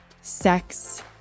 sex